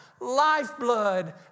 lifeblood